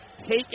take